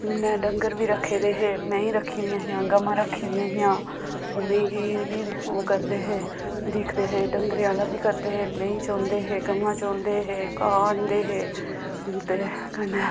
उ'नें डंगर बी रक्खे दे हे मेहीं रक्खी दियां हियां गवां रक्खी दियां हियां उ'नेंगी बी ओह् करदे हे दिखदे हे डंगरेें आह्ला बी करदे हे मेहीं चौंदे हे गवां चौंदे हे घाह् आह्नदे हे ते कन्नै